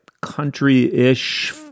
country-ish